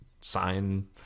sign